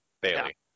Bailey